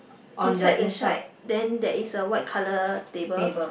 inside the shop then there is a white colour table